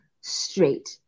straight